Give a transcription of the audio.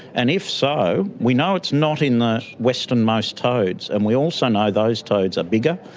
and if so. we know it's not in the western-most toads and we also know those toads are bigger,